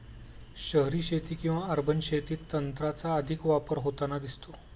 शहरी शेती किंवा अर्बन शेतीत तंत्राचा अधिक वापर होताना दिसतो